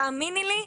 תאמיני לי.